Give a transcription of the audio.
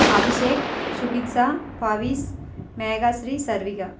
Abhishek Subiksha Pavis Meghashree Sarvika